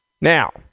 Now